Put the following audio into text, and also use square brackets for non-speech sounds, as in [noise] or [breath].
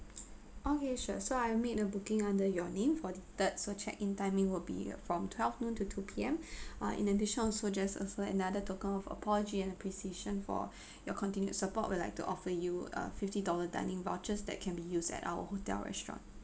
okay sure so I made a booking under your name for the third so check in timing will be from twelve noon to two P_M [breath] uh in addition also just also another token of apology and appreciation for your continued support would like to offer you a fifty dollar dining vouchers that can be used at our hotel restaurant